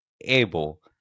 able